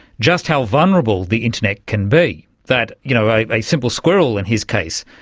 just how vulnerable the internet can be, that you know a simple squirrel, in his case,